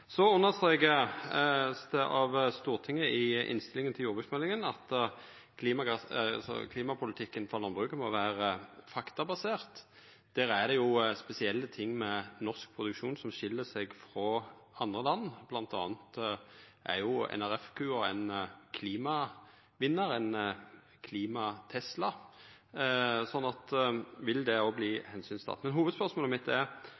Så understrekar Stortinget i innstillinga til jordbruksmeldinga at klimapolitikken for landbruket må vera faktabasert. Der er det spesielle ting med norsk produksjon som skil seg frå andre land, bl.a. er jo NRF-kua ein klimavinnar – ein klima-Tesla. Vil ein òg ta omsyn til det? Men hovudspørsmålet mitt er